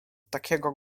takiego